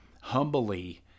humbly